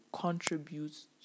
contributes